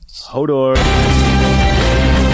Hodor